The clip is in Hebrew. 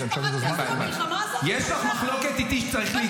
המשפחה שלי עשתה במלחמה הזאת --- יש לך מחלוקת איתי שצריך להתגייס?